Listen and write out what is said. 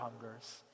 hungers